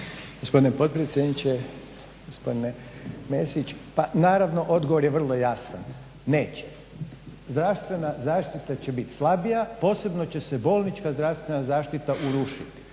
Gospodine potpredsjedniče, gospodine Mesić pa naravno odgovor je vrlo jasan neće. Zdravstvena zaštita će biti slabija, posebno će se bolnička zdravstvena zaštita urušiti